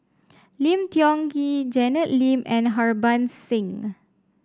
Lim Tiong Ghee Janet Lim and Harbans Singh